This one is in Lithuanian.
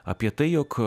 apie tai jog